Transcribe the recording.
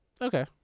Okay